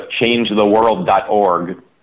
changetheworld.org